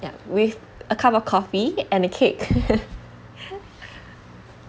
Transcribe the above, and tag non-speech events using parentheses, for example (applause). ya with a cup of coffee and a cake (laughs)